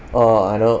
oh I know